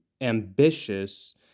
ambitious